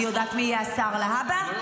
אני יודעת מי יהיה השר להבא?